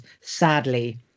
sadly